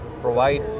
provide